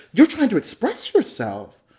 you're trying to express yourself.